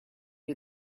you